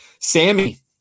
Sammy